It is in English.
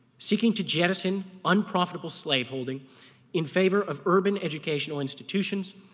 seeking to jettison unprofitable slave holding in favor of urban educational institutions,